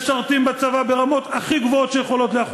משרתים בצבא ברמות הכי גבוהות שיכולות להיות,